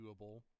doable